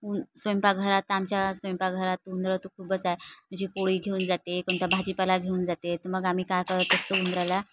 उं स्वयंपाकघरात आमच्या स्वयंपाकघरात उंदरं तर खूपच आहे म्हणजे पोळी घेऊन जाते कोणता भाजीपाला घेऊन जाते तर मग आम्ही काय करत असतो उंदराला